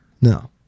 No